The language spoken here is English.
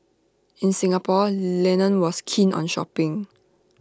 in Singapore Lennon was keen on shopping